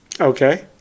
Okay